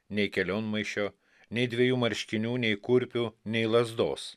nei kelionmaišio nei dvejų marškinių nei kurpių nei lazdos